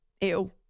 ew